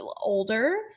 older